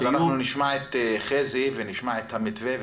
אז אנחנו נשמע את חזי ונשמע את המתווה.